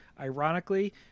ironically